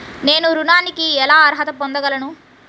నేను ఋణానికి ఎలా అర్హత పొందగలను?